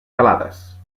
gelades